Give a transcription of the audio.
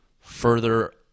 further